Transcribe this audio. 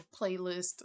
playlist